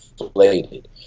inflated